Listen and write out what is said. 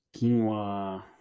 quinoa